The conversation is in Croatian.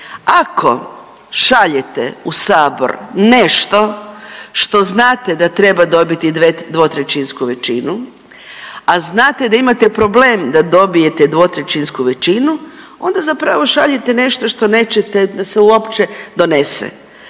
Ako šaljete u Sabor nešto što znate da treba dobiti dvotrećinsku većinu, a znate da imate problem da dobijete dvotrećinsku većinu, onda zapravo šaljete nešto što nećete da se uopće donese,